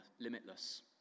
limitless